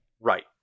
Right